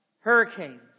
Hurricanes